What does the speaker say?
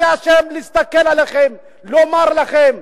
אני רוצה להסתכל עליכם ולומר לכם: